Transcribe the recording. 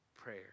prayer